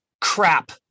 crap